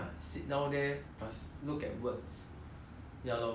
ya lor then what about you do you like play any games or